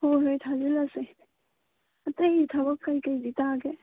ꯍꯣꯏ ꯍꯣꯏ ꯊꯥꯖꯤꯜꯂꯁꯦ ꯑꯇꯩ ꯊꯕꯛ ꯀꯔꯤ ꯀꯔꯤꯗꯤ ꯇꯥꯒꯦ